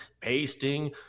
pasting